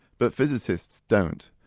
but physicists don't,